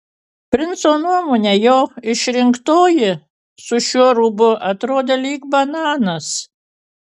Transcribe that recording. princo nuomone jo išrinktoji su šiuo rūbu atrodė lyg bananas